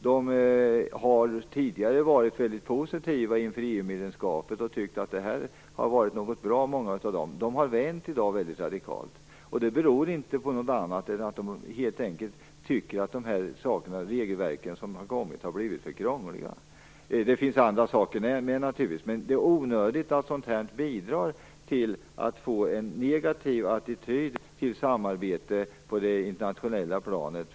De har tidigare varit väldigt positiva till EU-medlemskapet och tyckt att det har varit bra. Men de har vänt radikalt. Det beror inte på något annat än att de helt enkelt tycker att regelverken har blivit för krångliga. Det finns naturligtvis andra skäl också, men det är onödigt att sådant här bidrar till en negativ attityd till samarbetet på det internationella planet.